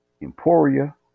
Emporia